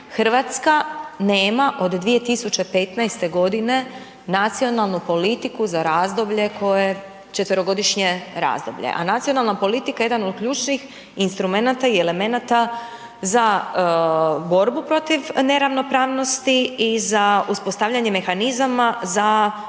Hrvatska nema od 2015. g. nacionalnu politiku za četverogodišnje razdoblje a nacionalna politika je jedan od ključnih politika je jedan od ključnih instrumenata i elemenata za borbu protiv neravnopravnosti i za uspostavljanje mehanizama za